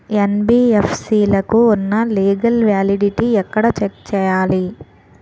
NBFC లకు ఉన్నా legal validity ఎక్కడ చెక్ చేయాలి?